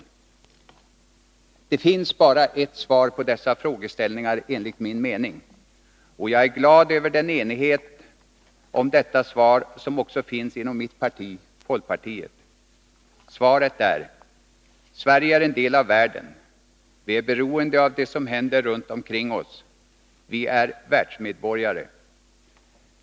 Det finns, enligt min mening, bara ett svar på dessa frågeställningar, och jag är glad över den enighet om detta svar som också finns inom mitt parti, folkpartiet. Svaret är: Sverige är en del av världen; vi är beroende av det som händer runt omkring oss. Vi är världsmedborgare.